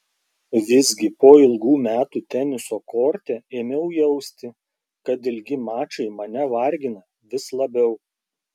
visgi po ilgų metų teniso korte ėmiau jausti kad ilgi mačai mane vargina vis labiau